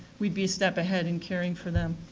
we'll be a step ahead in caring for them.